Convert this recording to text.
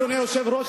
אדוני היושב-ראש,